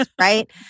right